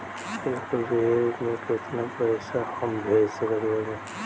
एक बेर मे केतना पैसा हम भेज सकत बानी?